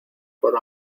por